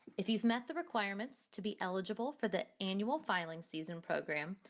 if you've met the requirements to be eligible for the annual filing season program,